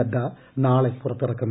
നദ്ദ നാളെ പുറത്തിറക്കും